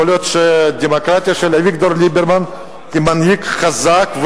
יכול להיות שהדמוקרטיה של אביגדור ליברמן היא מנהיג חזק,